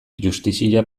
justizia